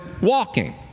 walking